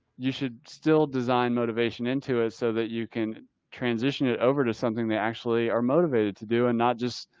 you should still design motivation into it so that you can transition it over to something they actually are motivated to do. and not just,